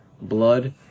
blood